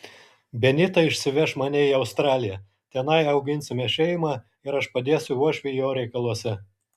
benita išsiveš mane į australiją tenai auginsime šeimą ir aš padėsiu uošviui jo reikaluose